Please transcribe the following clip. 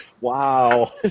Wow